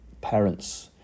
parents